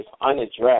unaddressed